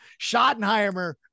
Schottenheimer